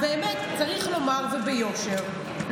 צריך לומר ביושר,